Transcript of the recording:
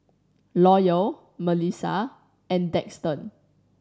Loyal Milissa and Daxton